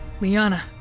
Liana